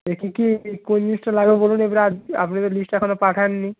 কী কী কোন জিনিসটা লাগবে বলুন এবারে আপনি তো লিস্টটা এখনও পাঠান নি